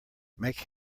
make